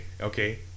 okay